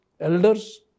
elders